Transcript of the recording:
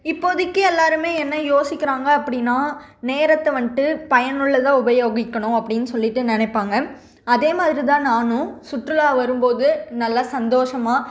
இப்போதிக்கு எல்லாருமே என்ன யோசிக்கறாங்க அப்படின்னா நேரத்தை வந்துட்டு பயனுள்ளதாக உபயோகிக்கணும் அப்படினு சொல்லிவிட்டு நினைப்பாங்க அதே மாதிரி தான் நானும் சுற்றுலா வரும்போது நல்ல சந்தோஷமாக